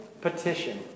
petition